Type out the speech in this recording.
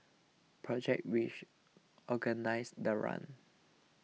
project which organised the run